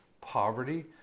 poverty